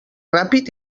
ràpid